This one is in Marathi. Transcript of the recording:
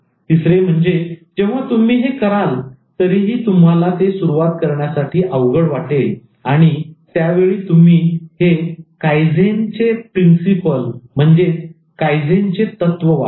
तर तिसरे म्हणजे जेव्हा तुम्ही हे कराल तरीही तुम्हाला ते सुरुवात करण्यासाठी अवघड वाटेल आणि त्यावेळी तुम्ही हे 'Kaizen Principle' कायझेन प्रिन्सिपल कायझेनचे तत्व वापरा